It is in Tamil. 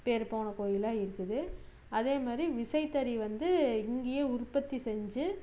பேர்போன கோயிலாம் இருக்குது அதே மாதிரி விசைத்தறி வந்து இங்கேயே உற்பத்தி செஞ்சு